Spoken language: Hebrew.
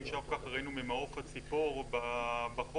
שאנחנו ככה ראינו ממעוף הציפור בחוק,